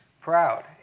proud